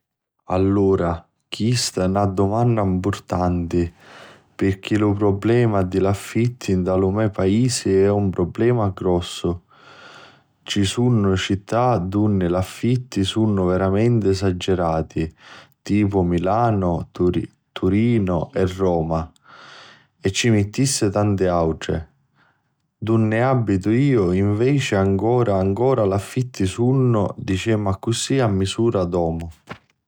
Allura, chista è na dumanna mpurtanti, pirchì lu prublema di l'affitti nta lu me paisi è un prublema grossu. Ci sunnu città dunni l'affitti sunnu veru esagirati, tipu Milanu, Turinu, Roma e ci ni mittissi tant'autri. Dunni abitu iu nveci ancora ancora l'affitti sunnu, dicemu accussi, a misura d'omu.